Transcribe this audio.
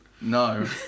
No